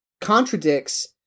contradicts